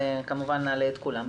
וכמובן נעלה את כולם.